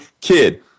kid